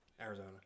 Arizona